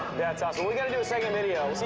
that's awesome. we gotta do a second video. c